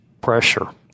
pressure